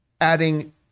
adding